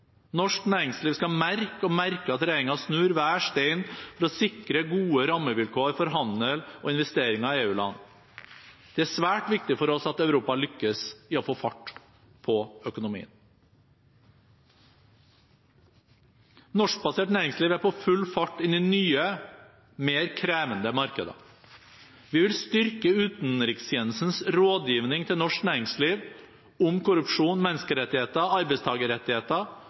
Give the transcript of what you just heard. Norsk næringsliv skal merke – og merker – at regjeringen snur hver stein for å sikre gode rammevilkår for handel og investeringer i EU-land. Det er svært viktig for oss at Europa lykkes i å få fart på økonomien. Norskbasert næringsliv er på full fart inn i nye, mer krevende markeder. Vi vil styrke utenrikstjenestens rådgivning til norsk næringsliv om korrupsjon, menneskerettigheter, arbeidstakerrettigheter